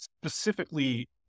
specifically